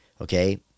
Okay